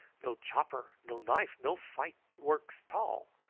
no chopper, no knife, no fight works tall.